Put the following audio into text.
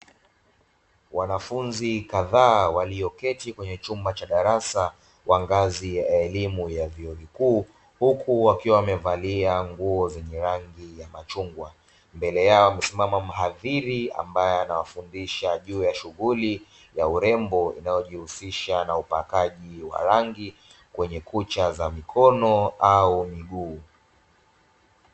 Wanafunzi kadhaa walioketi kwenye chumba cha darasa wa ngazi ya elimu ya vyuo vikuu, huku wakiwa wamevalia nguo zenye rangi ya machungwa, mbele yao wamesimama mhadhiri ambaye anawafundisha juu ya shughuli ya urembo, inayojihusisha na upakaji wa rangi kwenye kucha za mkono au miguu.